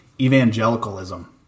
evangelicalism